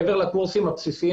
מעבר לקורסים הבסיסיים